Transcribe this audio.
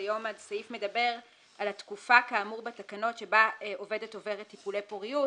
כיום הסעיף מדבר על התקופה כאמור בתקנות שבה עובדת עוברת טיפולי פוריות,